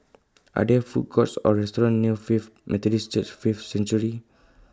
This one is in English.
Are There Food Courts Or restaurants near Faith Methodist Church Faith Sanctuary